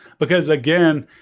because again,